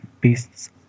beasts